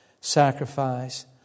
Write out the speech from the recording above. sacrifice